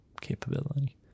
capability